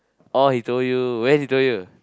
he told you when he told you